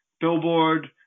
billboard